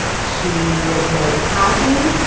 she was very happy.